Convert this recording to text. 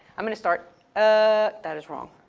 i'm gonna start ah that is wrong.